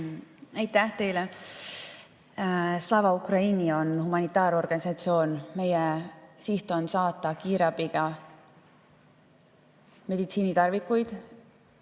Aitäh teile! Slava Ukraini on humanitaarorganisatsioon, meie siht on saata kiirabiga meditsiinitarvikuid